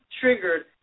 triggered